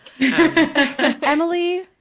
Emily